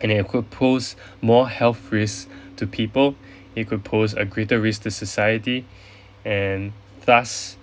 and it could pose more health risk to people it could pose a greater risk to society and thus